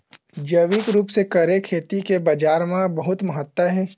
जैविक रूप से करे खेती के बाजार मा बहुत महत्ता हे